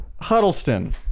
Huddleston